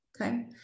Okay